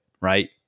right